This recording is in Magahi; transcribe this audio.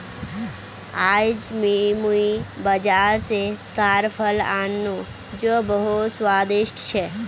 आईज मुई बाजार स ताड़ फल आन नु जो बहुत स्वादिष्ट छ